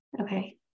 okay